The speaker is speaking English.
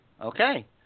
Okay